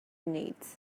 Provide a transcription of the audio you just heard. needs